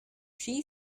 she